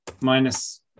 Minus